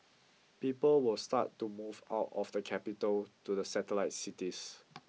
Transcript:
people will start to move out of the capital to the satellite cities